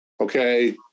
Okay